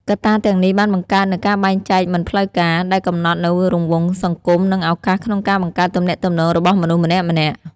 កត្តាទាំងនេះបានបង្កើតនូវការបែងចែកមិនផ្លូវការ ដែលកំណត់នូវរង្វង់សង្គមនិងឱកាសក្នុងការបង្កើតទំនាក់ទំនងរបស់មនុស្សម្នាក់ៗ។